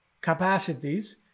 capacities